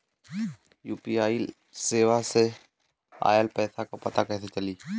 UPI सेवा से ऑयल पैसा क पता कइसे चली?